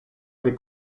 pri